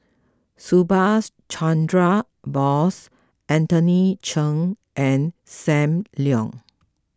Subhas Chandra Bose Anthony Chen and Sam Leong